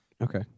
Okay